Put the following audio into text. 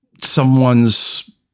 someone's